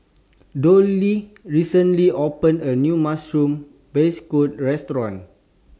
Dollye recently opened A New Mushroom Beancurd Restaurant